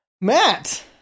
Matt